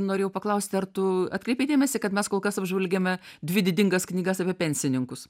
norėjau paklausti ar tu atkreipei dėmesį kad mes kol kas apžvelgėme dvi didingas knygas apie pensininkus